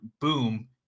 boom